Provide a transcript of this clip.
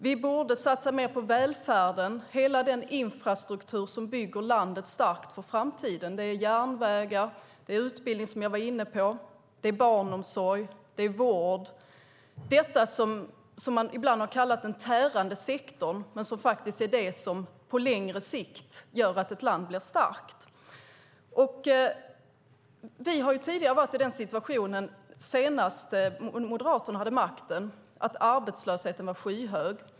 Vi borde satsa mer på välfärden och hela den infrastruktur som bygger landet starkt för framtiden; det är järnvägar, utbildning, barnomsorg och vård. Det har man ibland kallat för den tärande sektorn, men det är det som på längre sikt gör att ett land blir starkt. Senast Moderaterna hade makten var vi i den situationen att arbetslösheten var skyhög.